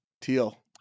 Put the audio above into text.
Teal